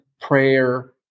prayer